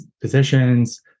positions